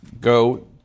go